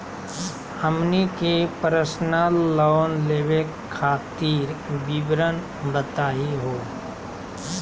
हमनी के personal loan लेवे खातीर विवरण बताही हो?